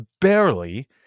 barely